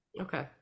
Okay